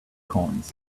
coins